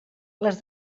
les